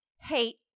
hate